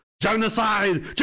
Genocide